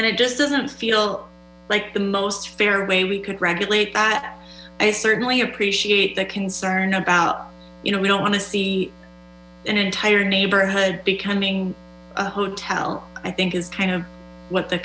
and it just doesn't feel like the most fair way we could regulate that i certainly appreciate the concern about we don't want to see an entire neighborhood becoming a hotel i think is kind of what the